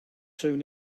soon